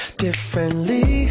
differently